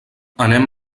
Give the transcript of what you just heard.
anem